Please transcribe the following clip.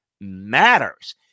matters